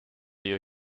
you